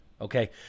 Okay